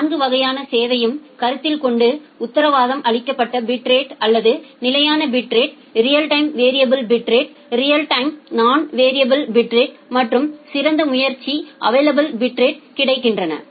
எனவே அந்த 4 வகையான சேவையும் கருத்தில் கொண்டு உத்தரவாதம் அளிக்கப்பட்ட பிட்ரேட் அல்லது நிலையான பிட்ரேட் ரியல் டைம் வேறிஏபில் பிட்ரேட்டில் real time non variable bitrate மற்றும் சிறந்த முயற்சி அவைலபில் பிட்ரேடில் கிடைக்கின்றன